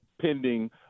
pending